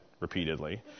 repeatedly